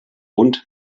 und